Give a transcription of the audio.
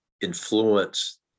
influence